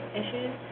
issues